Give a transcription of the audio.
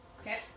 Okay